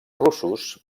russos